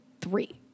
three